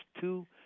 two-